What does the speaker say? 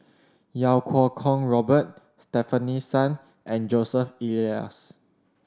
Iau Kuo Kwong Robert Stefanie Sun and Joseph Elias